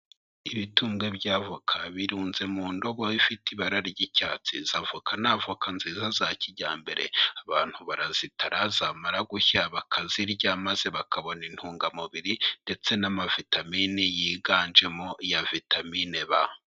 Ibitumbwe bya voka birunze mu ndobo ifite ibara ry'icyatsi. Izi avoka ni avoka nziza cyane za kijyambere. Abantu barazitara zamara gushya bakazirya maze bakabona intungamubiri ndetse n'amavitamini yiganjemo iya vitamini B.